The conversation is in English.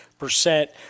percent